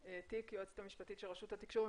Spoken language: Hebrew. תיק, היועצת המשפטית של רשות התקשוב הממשלתי.